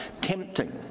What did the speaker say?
tempting